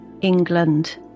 England